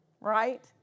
right